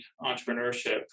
entrepreneurship